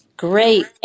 Great